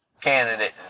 candidate